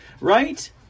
right